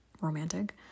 romantic